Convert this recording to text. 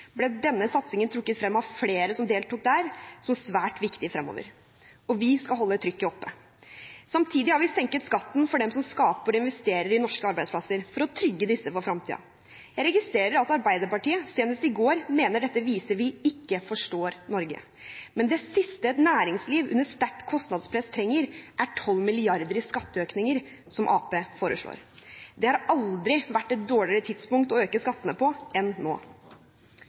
ble denne satsingen trukket frem som svært viktig fremover av flere som deltok der. Vi skal holde trykket oppe. Samtidig har vi senket skatten for dem som skaper og investerer i norske arbeidsplasser, for å trygge disse for fremtiden. Jeg registrerer at Arbeiderpartiet, senest i går, mente dette viser at vi «ikke forstår Norge». Men det siste et næringsliv under sterkt kostnadspress trenger, er 12 mrd. kr i skatteøkninger, som Arbeiderpartiet foreslår. Det har aldri vært et dårligere tidspunkt å øke skattene på enn nå.